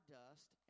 dust